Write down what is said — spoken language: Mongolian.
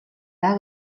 даа